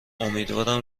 امیدوارم